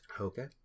Okay